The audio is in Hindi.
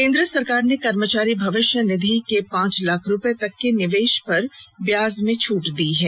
केन्द्र सरकार ने कर्मचारी भविष्य निधि की पांच लाख रूपये तक की निवेश पर ब्याज में छूट दी है